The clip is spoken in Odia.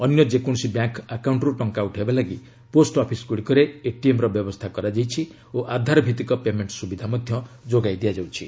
ଅନ୍ୟ ଯେକୌଣସି ବ୍ୟାଙ୍କ୍ ଆକାଉଣ୍ଟରୁ ଟଙ୍କା ଉଠାଇବା ଲାଗି ପୋଷ୍ଟ ଅଫିସ୍ଗୁଡ଼ିକରେ ଏଟିଏମ୍ର ବ୍ୟବସ୍ଥା କରାଯାଇଛି ଓ ଆଧାର ଭିତ୍ତିକ ପେମେଣ୍ଟ ସୁବିଧା ଯୋଗାଇ ଦିଆଯାଉଛି